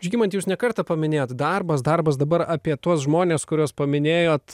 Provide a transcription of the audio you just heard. žygimante jūs ne kartą paminėjot darbas darbas dabar apie tuos žmones kuriuos paminėjot